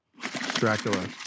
Dracula